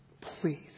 Please